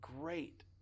great